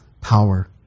power